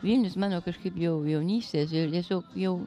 vilnius mano kažkaip jau jaunystės ir tiesiog jau